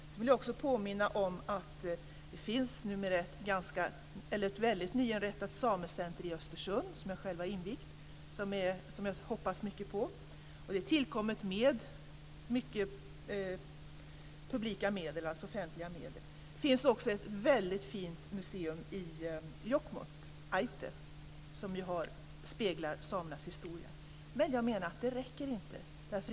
Sedan vill jag också påminna om att det numera finns ett nyinrättat samecentrum i Östersund som jag själv har invigt och som jag hoppas mycket på. Det är tillkommet med mycket offentliga medel. Det finns också ett väldigt fint museum i Jokkmokk, Ájtte, som ju speglar samernas historia. Men jag menar att det inte räcker.